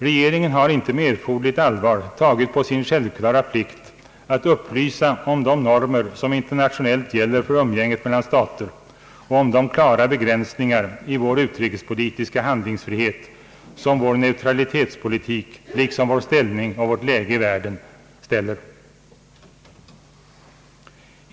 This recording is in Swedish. Regeringen har inte med erforderligt allvar tagit som sin självklara plikt att upplysa om de normer som internationellt gäller för umgänget mellan stater och om de klara begränsningar i vår utrikespolitiska handlingsfrihet som vår neutralitetspolitik liksom vår ställning och vårt läge i världen anger.